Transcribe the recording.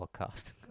podcast